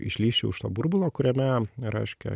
išlįsčiau iš to burbulo kuriame reiškia